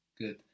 Good